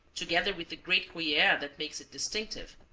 together with the great gruyere that makes it distinctive.